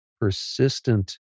persistent